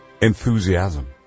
Enthusiasm